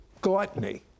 gluttony